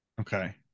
Okay